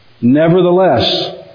Nevertheless